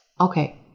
Okay